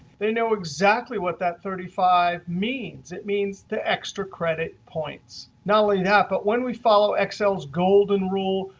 they know exactly what that thirty five means. it means the extra credit points. not only that, but when we follow exile's golden rule,